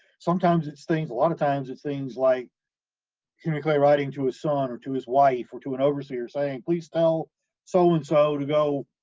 sometimes it's things, a lot of times, it's things like henry clay writing to his son or to his wife or to an overseer, saying please tell so and so to go,